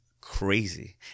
crazy